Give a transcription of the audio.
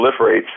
proliferates